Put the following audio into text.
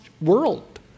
world